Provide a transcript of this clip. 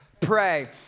Pray